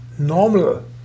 normal